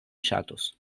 ŝatus